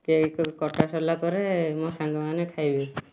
cake କଟା ସରିଲା ପରେ ମୋ ସାଙ୍ଗ ମାନେ ଖାଇବେ